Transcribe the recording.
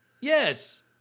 Yes